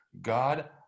God